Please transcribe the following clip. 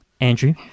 andrew